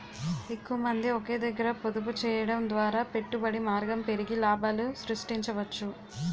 ఎక్కువమంది ఒకే దగ్గర పొదుపు చేయడం ద్వారా పెట్టుబడి మార్గం పెరిగి లాభాలు సృష్టించవచ్చు